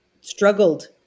struggled